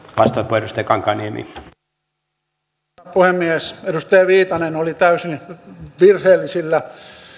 arvoisa puhemies edustaja viitanen oli täysin virheellisillä